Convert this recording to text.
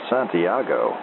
Santiago